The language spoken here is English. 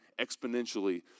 exponentially